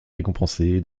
récompensé